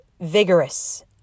vigorous